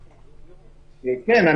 כן,